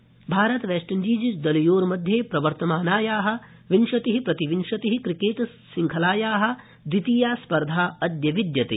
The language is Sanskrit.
क्रिकेटस्पर्धा भारत वैस्टइण्डीज दलयोर्मध्ये प्रवर्तमानाया विंशति प्रतिविंशति क्रिकेट शुङ्खलाया द्वितीया स्पर्धा अद्य विद्यते